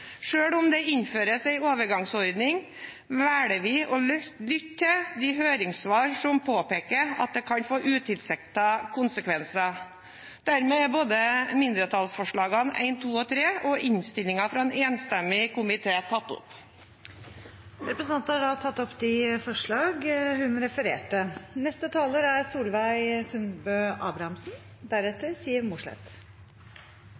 om det innføres en overgangsordning, velger vi å lytte til de høringssvarene som påpeker at det kan få utilsiktede konsekvenser. Jeg tar dermed opp mindretallsforslagene, nr. 1–3, og anbefaler innstillingen fra en enstemmig komité. Representanten Kirsti Leirtrø har tatt opp de forslagene hun refererte